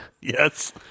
Yes